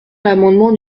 l’amendement